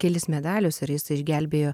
kelis medalius ir jis išgelbėjo